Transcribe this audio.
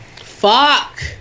Fuck